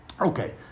Okay